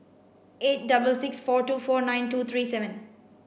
eight double six four two four nine two three seven